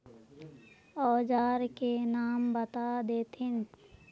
औजार के नाम बता देथिन?